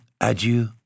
adieu